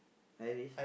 Irish